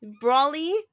Brawly